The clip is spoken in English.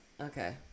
Okay